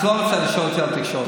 את לא רוצה לשאול אותי על תקשורת.